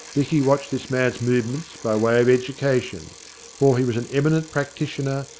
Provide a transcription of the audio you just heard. dicky watched this man's movements, by way of education for he was an eminent practitioner,